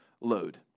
load